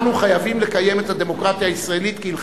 אנחנו חייבים לקיים את הדמוקרטיה הישראלית כהלכתה.